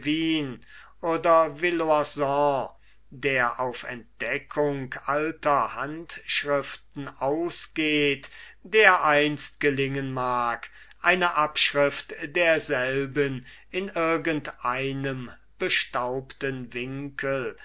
oder sevin der auf entdeckung alter handschriften ausgeht dereinst gelingen mag eine abschrift derselben in irgendeinem bestaubten winkel